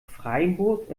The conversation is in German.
freiburg